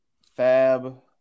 Fab